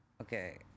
okay